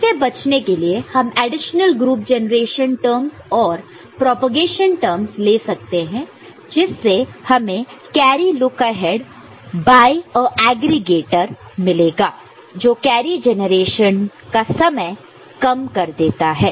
इससे बचने के लिए हम एडिशनल ग्रुप जनरेशन टर्मस और प्रोपेगेशन टर्मस ले सकते हैं जिससे हमें carry look ahead by a aggregator मिलेगा जो कैरी जनरेशन का समय कम कर देता है